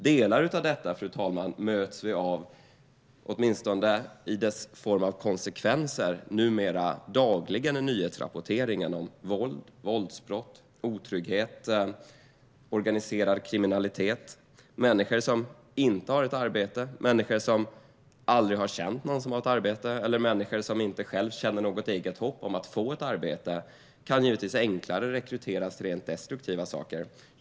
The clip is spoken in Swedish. Delar av detta, fru talman, möts vi, åtminstone i form av konsekvenser, numera dagligen av i nyhetsrapporteringen, det vill säga våld, våldsbrott, otrygghet, organiserad kriminalitet, människor som inte har ett arbete, människor som aldrig har känt någon som har ett arbete, människor som själva inte känner något hopp om att få ett arbete. De kan givetvis enklare rekryteras till rent destruktiva saker.